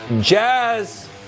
Jazz